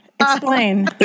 Explain